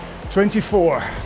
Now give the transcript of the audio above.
24